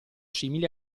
simili